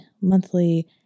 monthly